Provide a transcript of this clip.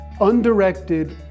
undirected